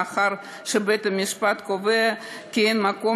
לאחר שבית-המשפט קבע כי אין מקום